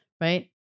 right